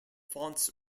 fonts